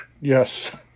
Yes